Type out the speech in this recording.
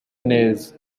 neza